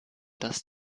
das